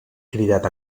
cridat